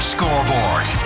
Scoreboard